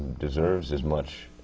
deserves as much,